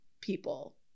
people